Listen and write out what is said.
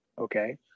okay